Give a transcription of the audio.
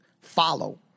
follow